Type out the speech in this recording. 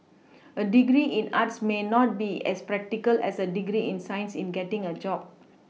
a degree in arts may not be as practical as a degree in science in getting a job